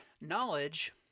Knowledge